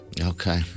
Okay